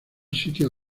sitio